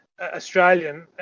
Australian